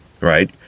right